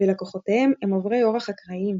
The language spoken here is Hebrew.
ולקוחותיהם הם עוברי אורח אקראיים.